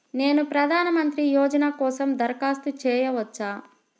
నేను ప్రధాన మంత్రి యోజన కోసం దరఖాస్తు చేయవచ్చా?